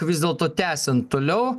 vis dėlto tęsiant toliau